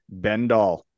Bendall